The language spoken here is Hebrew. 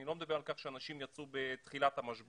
אני לא מדבר על כך שאנשים יצאו בתחילת המשבר.